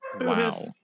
Wow